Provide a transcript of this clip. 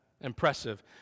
impressive